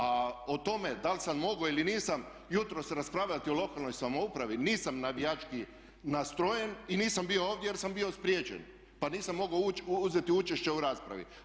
A o tome da li sam mogao ili nisam jutros raspravljati o lokalnoj samoupravi nisam navijački nastrojen i nisam bio ovdje jer sam bio spriječen pa nisam mogao uzeti učešće u raspravi.